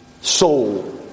soul